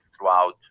throughout